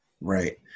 right